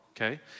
Okay